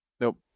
Nope